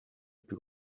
plus